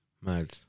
mad